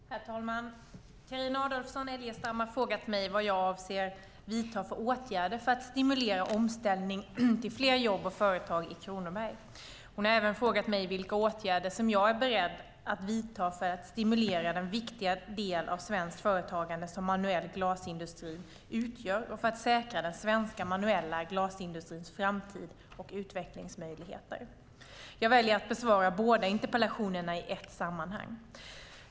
Herr talman! Carina Adolfsson Elgestam har frågat mig vad jag avser att vidta för åtgärder för att stimulera omställning till fler jobb och företag i Kronoberg. Hon har även frågat mig vilka åtgärder jag är beredd att vidta för att stimulera den viktiga del av svenskt företagande som manuell glasindustri utgör och för att säkra den svenska manuella glasindustrins framtid och utvecklingsmöjligheter. Jag väljer att besvara båda interpellationerna i ett sammanhang.